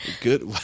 good